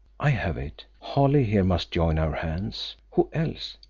i have it. holly here must join our hands who else?